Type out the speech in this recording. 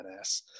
badass